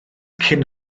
cyn